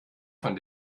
von